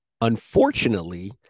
Unfortunately